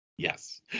yes